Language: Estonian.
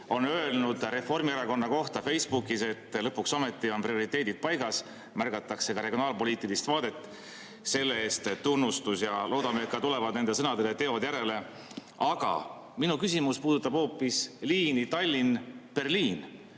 Luik on Reformierakonna kohta Facebookis öelnud, et lõpuks ometi on prioriteedid paigas, märgatakse ka regionaalpoliitilist vaadet. Selle eest tunnustus ja loodame, et nendele sõnadele tulevad teod järele. Aga minu küsimus puudutab hoopis liini Tallinn–Berliin.